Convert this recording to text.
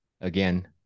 again